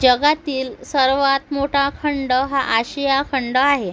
जगातील सर्वात मोठा खंड हा आशिया खंड आहे